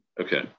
Okay